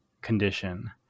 condition